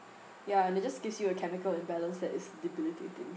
ya and it just gives you a chemical imbalance that is debilitating